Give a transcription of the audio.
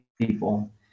people